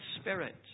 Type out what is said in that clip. Spirit